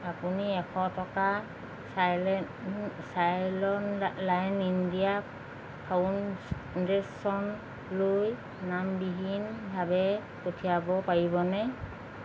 আপুনি এশ টকা চাইল্ড চাইলন লাইন ইণ্ডিয়া ফাউনছণ্ডেশ্যনলৈ নামবিহীনভাৱে পঠিয়াব পাৰিবনে